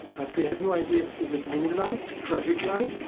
but they have no idea, is it moonlight, traffic light,